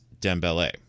Dembele